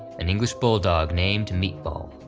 an english bulldog named meatball.